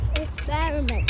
Experiment